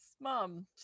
mom